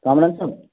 کامران صٲب